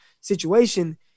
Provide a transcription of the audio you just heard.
situation